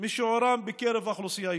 משיעורם בקרב האוכלוסייה היהודית.